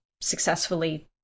successfully